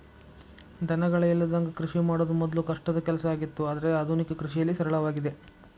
ದನಗಳ ಇಲ್ಲದಂಗ ಕೃಷಿ ಮಾಡುದ ಮೊದ್ಲು ಕಷ್ಟದ ಕೆಲಸ ಆಗಿತ್ತು ಆದ್ರೆ ಆದುನಿಕ ಕೃಷಿಯಲ್ಲಿ ಸರಳವಾಗಿದೆ